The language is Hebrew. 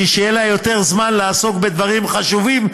בשביל שיהיה לה יותר זמן לעסוק בדברים חשובים,